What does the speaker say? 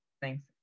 Thanks